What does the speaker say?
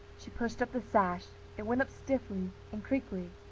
she pushed up the sash it went up stiffly and creakily,